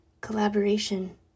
collaboration